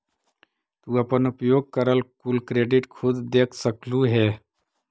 तू अपन उपयोग करल कुल क्रेडिट खुद देख सकलू हे